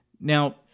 Now